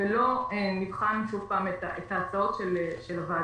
ולא נבחן שוב פעם את ההצעות של הוועדה.